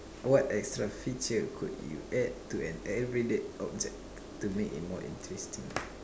what extra feature could you add to an everyday object to make it more interesting